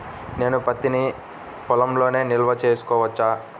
నేను పత్తి నీ పొలంలోనే నిల్వ చేసుకోవచ్చా?